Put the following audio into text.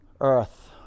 earth